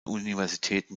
universitäten